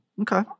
Okay